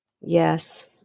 Yes